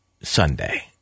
Sunday